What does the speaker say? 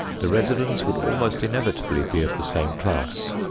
the residents would almost inevitably be of the same class.